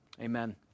amen